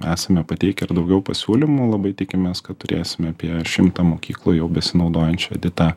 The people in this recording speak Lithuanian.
esame pateikę ir daugiau pasiūlymų labai tikimės kad turėsim apie šimtą mokyklų jau besinaudojančių edita